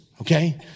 okay